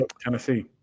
Tennessee